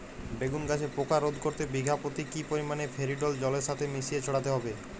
বেগুন গাছে পোকা রোধ করতে বিঘা পতি কি পরিমাণে ফেরিডোল জলের সাথে মিশিয়ে ছড়াতে হবে?